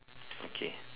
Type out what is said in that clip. okay